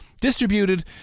distributed